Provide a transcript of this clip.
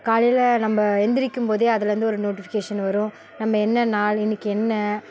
காலையில் நம்ம எழுந்திரிக்கும் போதே அதுலேருந்து ஒரு நோட்டிஃபிக்கேஷன் வரும் நம்ம என்ன நாள் இன்றைக்கி என்ன